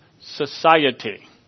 society